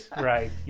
right